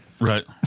Right